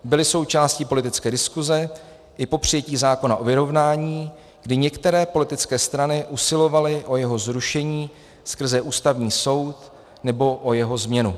Byly součástí politické diskuse i po přijetí zákona o vyrovnání, kdy některé politické strany usilovaly o jeho zrušení skrze Ústavní soud nebo o jeho změnu.